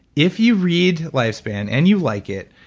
if you read lifespan and you like it,